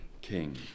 king